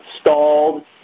stalled